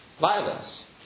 violence